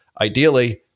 ideally